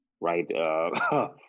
right